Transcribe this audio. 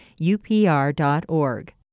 upr.org